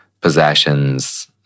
possessions